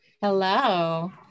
Hello